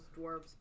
dwarves